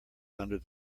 under